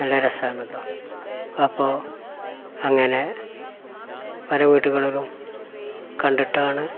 നല്ല രസമാണല്ലോ അപ്പോൾ അങ്ങനെ പല വീടുകളിലും കണ്ടിട്ടാണ്